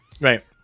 Right